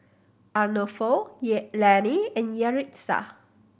Arnulfo Lanie and Yaritza